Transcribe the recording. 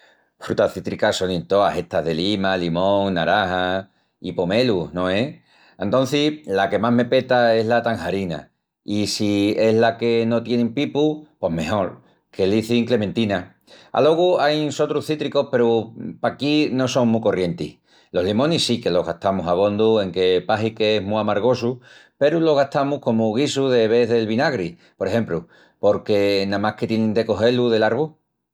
Frutas cítricas sonin toas estas de lima, limón, naranja i pomelu, no es? Antocis la que más me peta es la tanjarina i si es la que no tien pipus, pos mejol, que l'izin clementina. Alogu ain sotrus cítricus peru paquí no son mu corrientis. Los limonis sí que los gastamus abondu en que pahi que es mu amargosu peru lo gastamus comu guisu de vés del vinagri, por exempru, porque namás que tienis de cogé-lu del arvu.